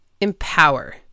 Empower